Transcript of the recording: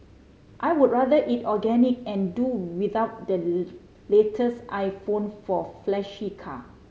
I would rather eat organic and do without the latest iPhone or flashy car